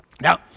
Now